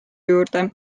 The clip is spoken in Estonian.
juurde